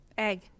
Egg